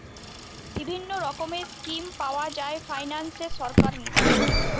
বিভিন্ন রকমের স্কিম পাওয়া যায় ফাইনান্সে সরকার নু